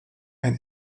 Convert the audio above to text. ein